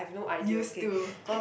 used to